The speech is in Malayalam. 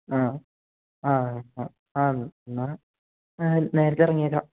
ആ ആ ആ എന്നാൽ നേരത്തെ ഇറങ്ങിയേക്കാം